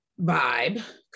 vibe